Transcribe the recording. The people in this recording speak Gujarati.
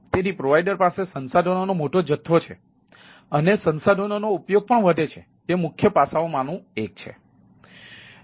તેથી પ્રોવાઇડર પાસે સંસાધનોનો મોટો જથ્થો છે અને સંસાધનોનો ઉપયોગ પણ વધે છે તે મુખ્ય પાસાઓમાંનું એક છે